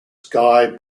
sky